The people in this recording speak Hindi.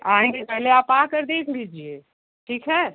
आएंगे पहले आप आकर देख लीजिए ठीक है